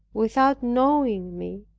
without knowing me,